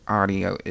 audio